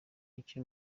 mike